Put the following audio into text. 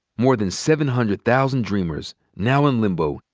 more than seven hundred thousand dreamers, now in limbo,